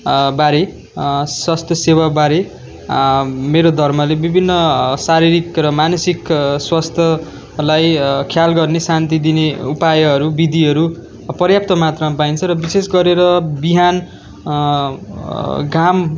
बारे स्वास्थ्य सेवा बारे मेरो धर्मले विभिन्न शारीरिक र मानसिक स्वास्थ्यलाई ख्याल गर्ने शान्ति दिने उपायहरू विधिहरू पर्याप्त मात्रामा पाइन्छ र विशेष गरेर बिहान घाम